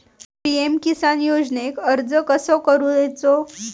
PM Kisan योजनेक अर्ज कसो करायचो?